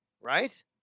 Right